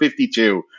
52